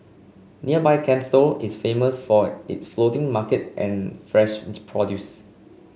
nearby Can Tho is famous for its floating market and fresh produce